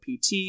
PT